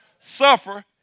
suffer